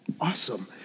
awesome